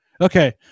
Okay